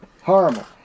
Horrible